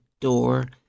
door